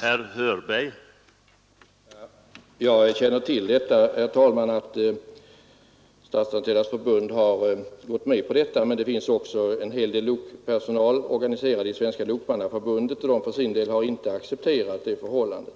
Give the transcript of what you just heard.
Herr talman! Jag känner till att Statsanställdas förbund har gått med på denna ändring, men det finns också en hel del lokpersonal organiserad i Svenska lokmannaförbundet, och de har för sin del inte accepterat ändringen.